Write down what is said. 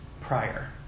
prior